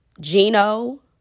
Gino